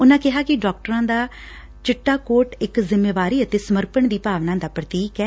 ਉਨ੍ਪਾ ਕਿਹਾ ਕਿ ਡਾਕਟਰਾਂ ਦਾ ਚਿੱਟਾ ਕੋਟ ਇਕ ਜਿਮੇਵਾਰੀ ਅਤੇ ਸਮਰਪਣ ਦੀ ਭਾਵਨਾ ਦਾ ਪ੍ਰਤੀਕ ਏ